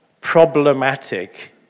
problematic